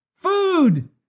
Food